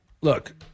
Look